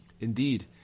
Indeed